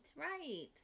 right